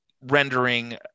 rendering